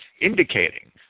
indicating